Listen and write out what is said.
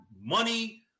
money